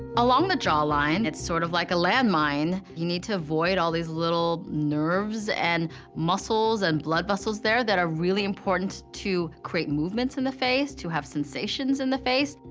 along the jaw line, it's sort of like a land mine. you need to avoid all these little nerves, and muscles, and blood vessels there, that are really important to create movements in the face, to have sensations in the face.